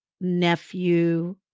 nephew